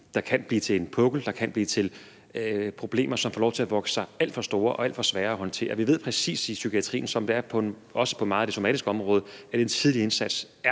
der kan blive til en pukkel – problemer, som får lov til at vokse sig alt for store og alt for svære at håndtere. Vi ved præcis i psykiatrien og også på store dele af det somatiske område, at en tidlig indsats er